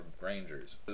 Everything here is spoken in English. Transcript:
rangers